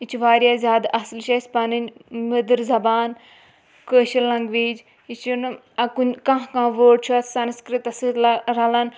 یہِ چھِ واریاہ زیادٕ اَصٕل یہِ چھِ اَسہِ پَنٕنۍ مٔدٕر زَبان کٲشِر لنٛگویج یہِ چھُنہٕ اَ کُنہِ کانٛہہ کانٛہہ وٲڈ چھُ اَتھ سَنسکٕرٛتَس سۭتۍ رَلان